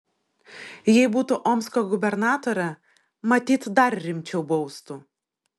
jei būtų omsko gubernatore matyt dar rimčiau baustų